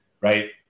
right